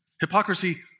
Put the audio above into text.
Hypocrisy